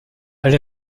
elle